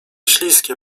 śliskie